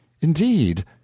Indeed